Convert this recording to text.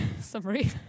summary